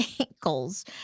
ankles